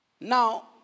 Now